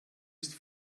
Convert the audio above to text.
ist